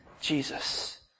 Jesus